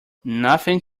nothing